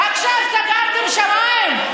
עכשיו סגרתם את השמיים,